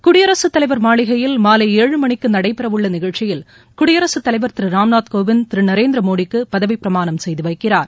குடியரசுத் தலைவர் மாளிகையில் மாலை ஏழு மணிக்கு நடைபெறவுள்ள நிகழ்ச்சியில் குடியரசுத் தலைவர் திரு ராம்நாத் கோவிந்த் திரு நநேர்திர மோடிக்கு பதவிப் பிரமாணம் செய்து வைக்கிறார்